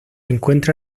encuentra